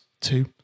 two